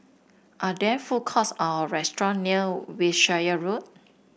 are there food courts or restaurant near Wiltshire Road